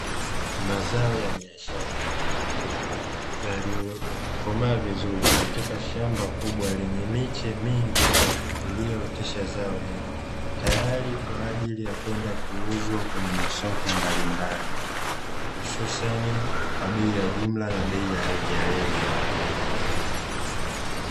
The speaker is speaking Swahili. Mazao ya biashara yaliyokomaa vizuri katika shamba kubwa lenye miche mingi iliyootesha zao hilo, tayari kwa ajili ya kwenda kuuzwa kwenye masoko mbalimbali hususani kwa bei ya jumla na bei ya rejareja.